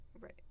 Right